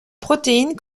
protéine